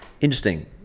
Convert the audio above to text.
interesting